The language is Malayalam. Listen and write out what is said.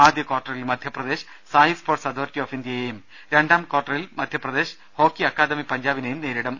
ആദ്യ കാർട്ടറിൽ Madhya Pradesh Sai sports authority of India യേയും രണ്ടാം കാർട്ടറിൽ മധ്യപ്രദേശ് ഹോക്കി അക്കാദമി പഞ്ചാ ബിനേയും നേരിടും